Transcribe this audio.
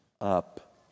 up